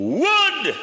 Wood